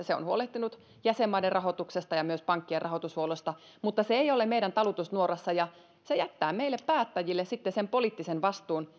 se on huolehtinut jäsenmaiden rahoituksesta ja myös pankkien rahoitushuollosta mutta se ei ole meidän talutusnuorassa ja se jättää meille päättäjille sitten poliittisen vastuun